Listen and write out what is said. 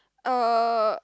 uh